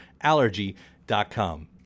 Allergy.com